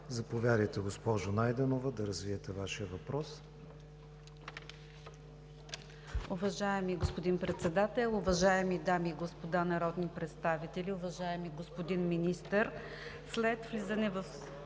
Заповядайте, госпожо Ангелова, да развиете Вашия въпрос.